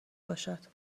باشد